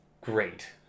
great